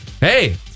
hey